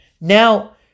Now